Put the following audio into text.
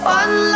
one